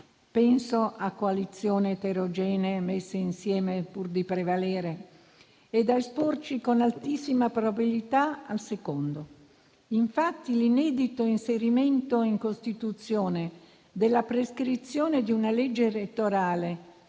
penso a coalizioni eterogenee messe insieme pur di prevalere, e da esporci con altissima probabilità al secondo. Infatti, l'inedito inserimento in Costituzione della prescrizione di una legge elettorale